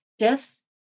shifts